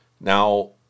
Now